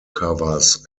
covers